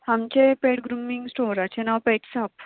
आमचें pet grooming स्टोराचें नांव पॅट्सांप